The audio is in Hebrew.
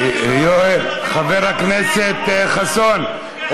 חבר הכנסת חסון,